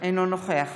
אינו נוכח